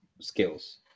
skills